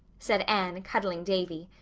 said anne, cuddling davy.